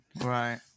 Right